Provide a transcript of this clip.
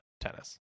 tennis